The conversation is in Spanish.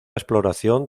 exploración